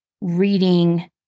reading